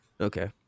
Okay